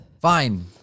Fine